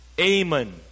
Amen